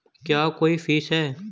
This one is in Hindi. क्या कोई फीस है?